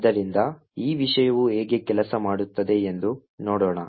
ಆದ್ದರಿಂದ ಈ ವಿಷಯವು ಹೇಗೆ ಕೆಲಸ ಮಾಡುತ್ತದೆ ಎಂದು ನೋಡೋಣ